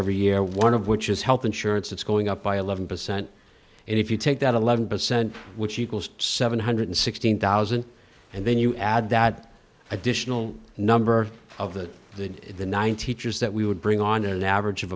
every year one of which is health insurance that's going up by eleven percent and if you take that eleven percent which equals seven hundred sixteen thousand and then you add that additional number of then the ninety eight years that we would bring on an average of